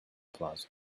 plaza